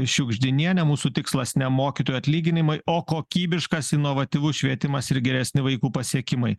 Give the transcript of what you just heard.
šiugždinienę mūsų tikslas ne mokytojų atlyginimai o kokybiškas inovatyvus švietimas ir geresni vaikų pasiekimai